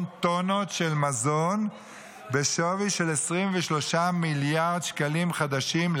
טונות של מזון בשווי של 23 מיליארד שקלים חדשים,